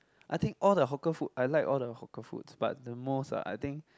I think all the hawker food I like all the hawker foods but the most ah I think